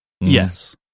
Yes